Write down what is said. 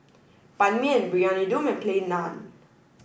ban mian briyani dum and plain naan